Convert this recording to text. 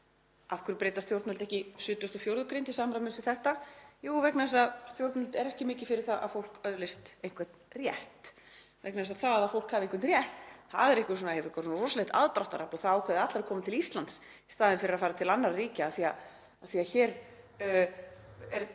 Af hverju breyta stjórnvöld ekki 74. gr. til samræmis við þetta? Jú, vegna þess að stjórnvöld eru ekki mikið fyrir það að fólk öðlist einhvern rétt, vegna þess að það að fólk hafi einhvern rétt hefur eitthvað svo rosalega mikið aðdráttarafl og það ákveða allir að koma til Íslands í staðinn fyrir að fara til annarra ríkja af því að hér er